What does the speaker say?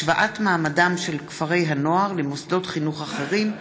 השוואת מעמדם של כפרי הנוער למוסדות חינוך אחרים.